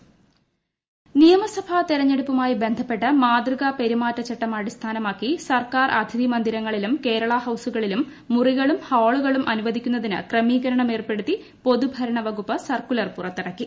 അതിഥി മന്ദിരം നിയമസഭാ തിരഞ്ഞെടുപ്പുമായി ബ്ന്ധപ്പെട്ട് മാതൃകാ പെരുമാറ്റച്ചട്ടം അടിസ്ഥാനമാക്കി സർക്കാർ അതിഥി മന്ദിരങ്ങളിലും കേരള ഹൌസുകളിലും മുറികളും ഹാളുകളും അനുവദിക്കുന്നതിന് ക്രമീകരണം ഏർപ്പെടുത്തി പൊതുഭരണ വകുപ്പ് സർക്കുലർ പദവി വഹിക്കുന്ന പുറത്തിറക്കി